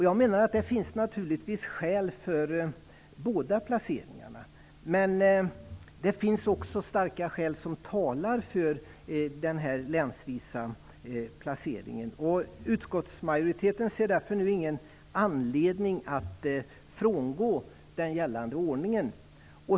Jag menar att det naturligtvis finns skäl för båda placeringssätten, men det finns också starka skäl som talar för den länsvisa placeringen. Utskottsmajoriteten ser därför nu ingen anledning att frångå den gällande ordningen.